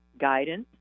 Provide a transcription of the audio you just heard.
guidance